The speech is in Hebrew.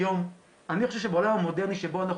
אני חושב שבעולם המודרני שבו אנחנו